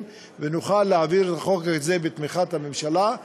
ונוכל להעביר את החוק הזה בתמיכת הממשלה.